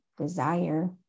desire